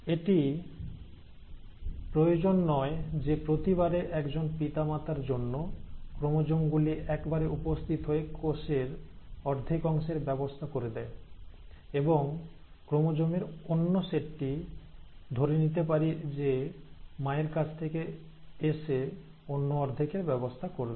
এটি প্রয়োজন নয় যে প্রতিবারে একজন পিতামাতার জন্য ক্রোমোজোম গুলি একবারে উপস্থিত হয়ে কোষের অর্ধেক অংশের ব্যবস্থা করে দেয় এবং ক্রোমোজোমের অন্য সেটটি ধরে নিতে পারি যে মায়ের কাছ থেকে এসে অন্য অর্ধেকের ব্যবস্থা করবে